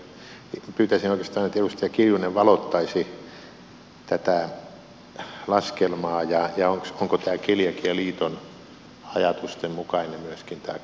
pyytäisin oikeastaan että edustaja kiljunen valottaisi tätä laskelmaa ja sitä onko myöskin keliakialiiton ajatusten mukainen tämä korotustarve mikä tässä nyt esitetään